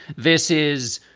this is,